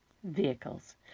vehicles